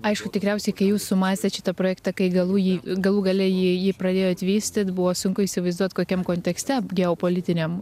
aišku tikriausiai kai jūs sumąstėt šitą projektą kai galų ji galų gale jį jį pradėjot vystyt buvo sunku įsivaizduot kokiam kontekste geopolitiniam